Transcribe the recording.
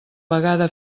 vegada